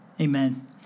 amen